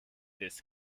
this